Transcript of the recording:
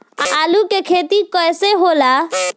आलू के खेती कैसे होला?